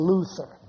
Luther